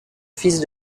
fils